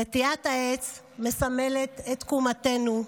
נטיעת העץ מסמלת את תקומתנו,